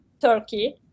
Turkey